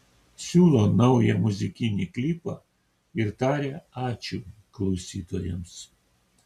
siūlo naują muzikinį klipą ir taria ačiū klausytojams